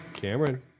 Cameron